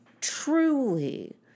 truly